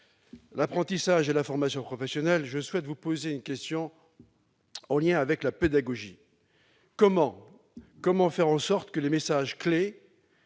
l'apprentissage et la formation professionnelle, je souhaite vous poser une question en lien avec la pédagogie. Comment faire en sorte que les messages clefs